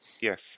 Yes